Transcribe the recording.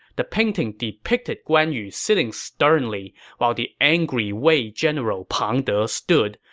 the painting depicted guan yu sitting sternly while the angry wei general pang de stood,